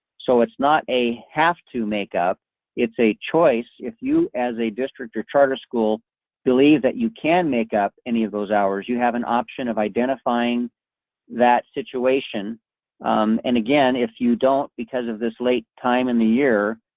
so it's not a have to make up it's a choice. if you as a district or charter school believe that you can make up any of those hours, you have an option of identifying that situation. umm and again if you don't, because of this late time in the year,